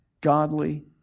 godly